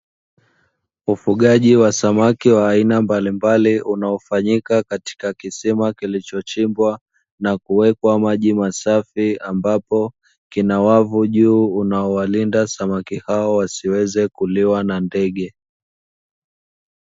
Ufugaji wa samaki wa aina mbalimbali unaofanyika katika kisima kilichochimbwa na kuwekwa maji masafi, ambapo kina wavu juu unaoalinda samaki hao wasiweze kuliwa na ndege.